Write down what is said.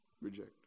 reject